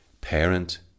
parent